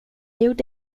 gjorde